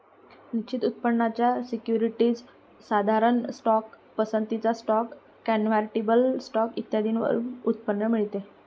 निश्चित उत्पन्नाच्या सिक्युरिटीज, साधारण स्टॉक, पसंतीचा स्टॉक, कन्व्हर्टिबल स्टॉक इत्यादींवर उत्पन्न मिळते